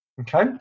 Okay